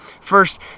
First